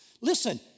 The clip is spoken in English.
Listen